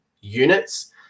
units